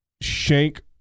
shank